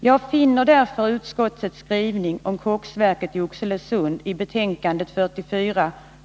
Jag finner därför att utskottet i sitt betänkande 44 har en positiv skrivning om koksverket i Oxelösund.